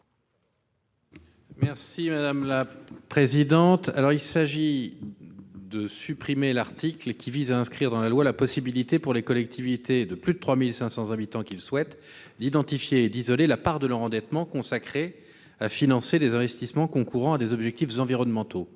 Cet amendement tend à supprimer l’article qui vise à inscrire dans la loi la possibilité, pour les collectivités de plus de 3 500 habitants qui le souhaitent, d’identifier et d’isoler la part de leur endettement consacrée à financer des investissements concourant à des objectifs environnementaux.